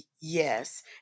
Yes